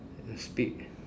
the speed